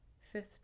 fifth